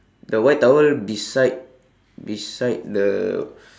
the white towel beside beside the